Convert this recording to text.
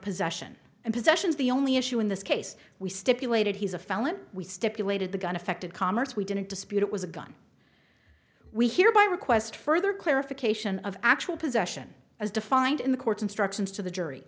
possession and possessions the only issue in this case we stipulated he's a felon we stipulated the gun affected commerce we didn't dispute it was a gun we here by request further clarification of actual possession as defined in the court's instructions to the jury